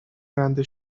رنده